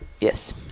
Yes